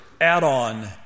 add-on